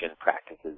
practices